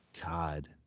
God